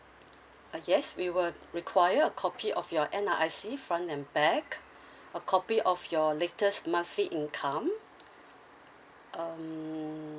uh yes we will require a copy of your N_R_I_C front and back a copy of your latest monthly income um